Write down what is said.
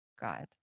God